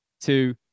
two